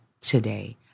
today